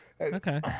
Okay